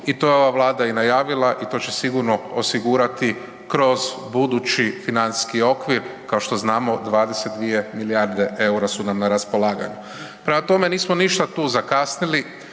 i to je i ova Vlada i najavila i to će sigurno osigurati kroz budući financijski okvir, kao što znamo 22 milijarde EUR-a su nam na raspolaganju. Prema tome, nismo ništa tu zakasnili,